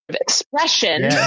Expression